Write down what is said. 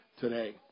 today